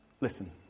Listen